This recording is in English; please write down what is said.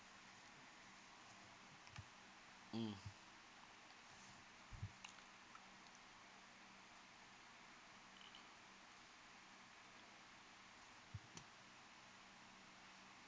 mm